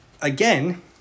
Again